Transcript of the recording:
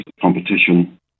competition